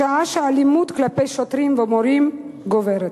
שעה שהאלימות כלפי שוטרים ומורים גוברת.